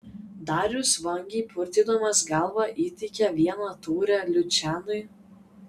darijus vangiai purtydamas galvą įteikė vieną taurę lučianui